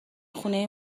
خونه